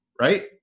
right